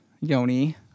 Yoni